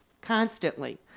constantly